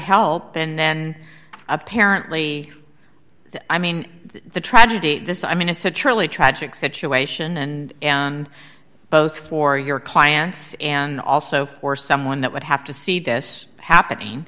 help and then apparently i mean the tragedy of this i mean it's a truly tragic situation and and both for your clients and also for someone that would have to see this